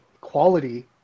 quality